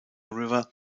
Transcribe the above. river